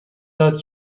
داد